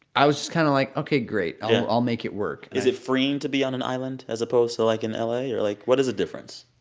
i was just kind of like, ok, great, i'll i'll make it work is it freeing to be on an island, as opposed to, like, in la or, like, what is the difference?